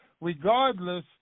regardless